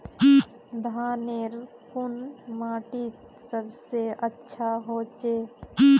धानेर कुन माटित सबसे अच्छा होचे?